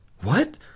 What